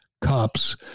cops